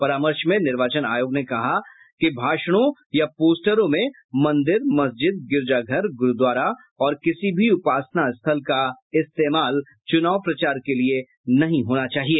परामर्श में निर्वाचन आयोग ने कहा कि भाषणों या पोस्टरों में मंदिर मस्जिद गिरजाघर गुरूद्वारा और किसी भी उपासना स्थल का इस्तेमाल चुनाव प्रचार के लिए नहीं होना चाहिए